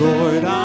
Lord